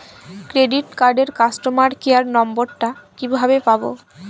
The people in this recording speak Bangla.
ক্রেডিট কার্ডের কাস্টমার কেয়ার নম্বর টা কিভাবে পাবো?